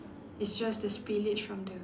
it's just the spillage from the